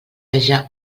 haja